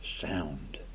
sound